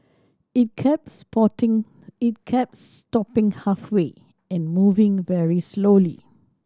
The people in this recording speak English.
it kept sporting it kept stopping halfway and moving very slowly